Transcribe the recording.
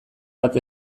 bat